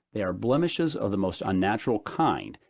they are blemishes of the most unnatural kind,